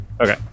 okay